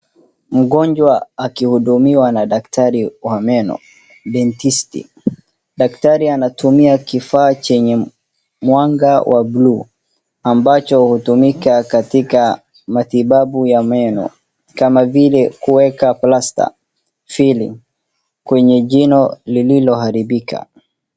Mgonjwa akihudumiwa na daktari wa meno dentisti .Daktari anatumia kifaa chenye mwanga wa bluu ambacho hutumika katika matibabu ya meno kama vile kueka plasta filling kwenye jino lililoharibika.